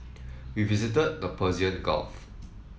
we visited the Persian Gulf